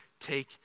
take